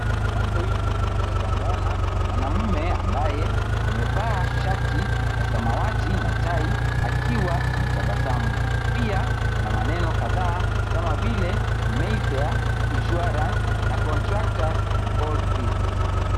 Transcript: Kwenye bango hili, tunaweza muona mwanamume ambaye amevaa shati ya samawati na tai, akiwa ametabasamu, pia kuna maneno kadhaa kama vile, Mayfair Insurance na contractors all risks .